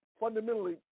fundamentally